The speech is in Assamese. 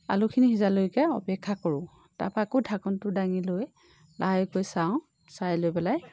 আলুখিনি সিজালৈকে অপেক্ষা কৰোঁ তাৰপৰা আকৌ ঢাকোনটো দাঙি লৈ লাহেকৈ চাওঁ চাই লৈ পেলাই